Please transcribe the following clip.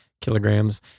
kilograms